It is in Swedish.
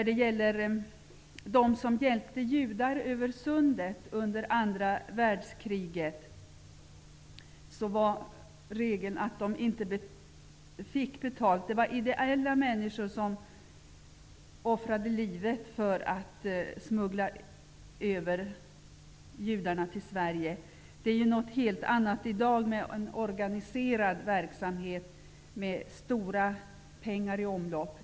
De som hjälpte judar över sundet under andra världskriget fick inte betalt. Det var människor som ideellt offrade livet för att smuggla över judarna till Sverige. I dag är det något helt annat. Det är fråga om organiserad verksamhet med stora pengar i omlopp.